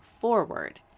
forward